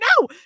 no